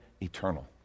eternal